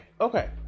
okay